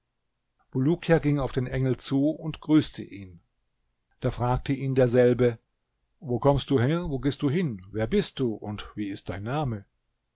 bulukia ging auf den engel zu und grüßte ihn da fragte ihn derselbe wo kommst du her wo gehst du hin wer bist du und wie ist dein name